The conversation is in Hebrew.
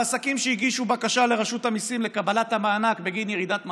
העסקים שהגישו בקשה לרשות המיסים לקבלת המענק בגין ירידת מחזור,